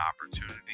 opportunity